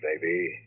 baby